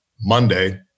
Monday